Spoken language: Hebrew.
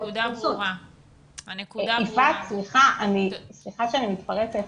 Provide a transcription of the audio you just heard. סליחה שאני מתפרצת.